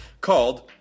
called